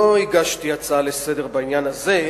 לא הגשתי הצעה לסדר-היום בעניין הזה,